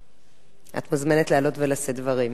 את מוזמנת לעלות ולשאת דברים.